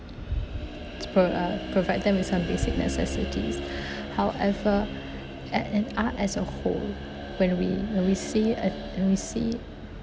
spur~ uh provide them with some basic necessities however an an art as a whole when we when we see a when we see